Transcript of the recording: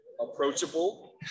approachable